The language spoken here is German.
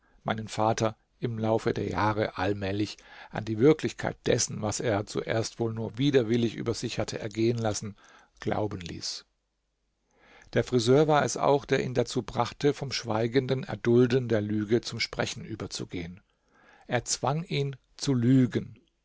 meinen vater im lauf der jahre allmählich an die wirklichkeit dessen was er zuerst wohl nur widerwillig über sich hatte ergehen lassen glauben ließ der friseur war es auch der ihn dazu brachte vom schweigenden erdulden der lüge zum sprechen überzugehen er zwang ihn zu lügen